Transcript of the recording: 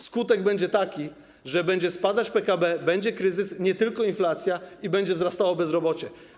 Skutek będzie taki, że będzie spadać PKB, nastąpi kryzys, a nie tylko inflacja, i będzie wzrastało bezrobocie.